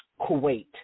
Kuwait